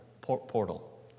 portal